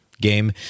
game